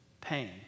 pain